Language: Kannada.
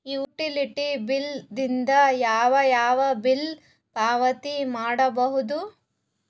ಯುಟಿಲಿಟಿ ಬಿಲ್ ದಿಂದ ಯಾವ ಯಾವ ಬಿಲ್ ಪಾವತಿ ಮಾಡಬಹುದು?